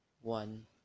one